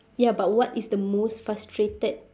ya but what is the most frustrated